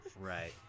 right